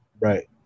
Right